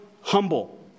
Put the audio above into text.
humble